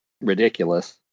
ridiculous